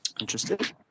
interested